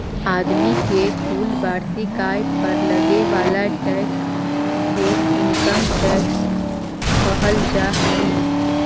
आदमी के कुल वार्षिक आय पर लगे वाला टैक्स के इनकम टैक्स कहल जा हई